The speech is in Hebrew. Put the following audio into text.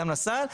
גם לסל,